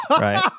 right